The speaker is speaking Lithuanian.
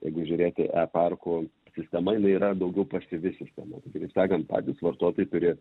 jeigu žiūrėti e parkų sistema jinai yra daugiau pasyvi sistema kitaip sakant patys vartotojai turi